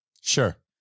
Sure